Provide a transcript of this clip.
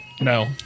No